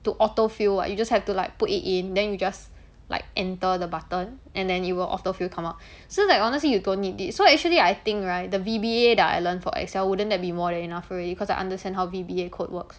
to auto fill [what] you just have to like put it in then you just like enter the button and then it will auto fill come up so like honestly you don't need it so actually I think right the V_B_A that I learnt for excel wouldn't that be more than enough already because I understand how V_B_A code work